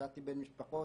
נדדתי בין משפחות,